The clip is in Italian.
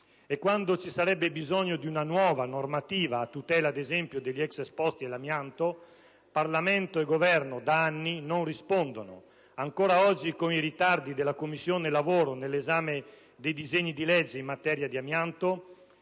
E quando ci sarebbe bisogno di una nuova normativa, a tutela ad esempio degli ex esposti all'amianto, Parlamento e Governo da anni non rispondono; ancora oggi, con i ritardi della Commissione lavoro nell'esame dei disegni di legge in materia di amianto,